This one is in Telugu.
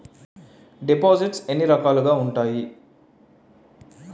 దిపోసిస్ట్స్ ఎన్ని రకాలుగా ఉన్నాయి?